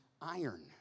iron